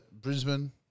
Brisbane